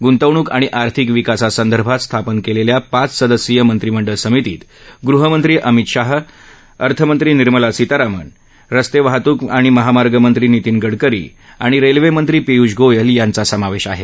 गृंतवणूक आणि आर्थिक विकासासंदर्भात स्थापन केलेल्या पाच सदस्यीय मंत्रिमंडळ समितीत गृह मंत्री अमित शाह अर्थमंत्री निर्मला सीतारामन रस्ते वाहतूक आणि महामार्ग मंत्री नितीन गडकरी आणि रेल्वे मंत्री पिय्ष गोयल यांचा समावेश आहे